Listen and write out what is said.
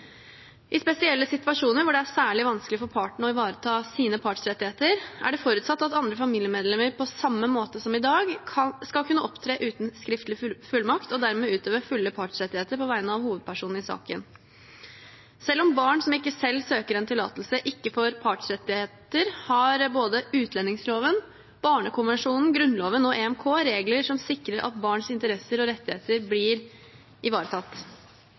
I spesielle situasjoner hvor det er særlig vanskelig for parten å ivareta sine partsrettigheter, er det forutsatt at andre familiemedlemmer på samme måte som i dag skal kunne opptre uten skriftlig fullmakt, og dermed utøve fulle partsrettigheter på vegne av hovedpersonen i saken. Selv om barn som ikke selv søker en tillatelse, ikke får partsrettigheter, har både utlendingsloven, barnekonvensjonen, Grunnloven og EMK regler som sikrer at barns interesser og rettigheter blir ivaretatt.